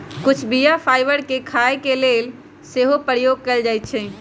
कुछ बीया फाइबर के खाय के लेल सेहो प्रयोग कयल जाइ छइ